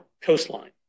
coastline